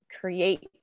create